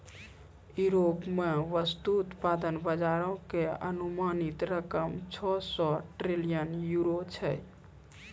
Europe मे व्युत्पादन बजारो के अनुमानित रकम छौ सौ ट्रिलियन यूरो छै